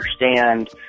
understand